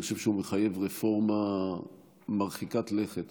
אני חושב שהוא מחייב רפורמה מרחיקת לכת